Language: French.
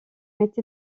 été